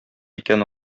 икән